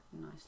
nice